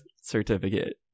certificate